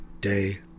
day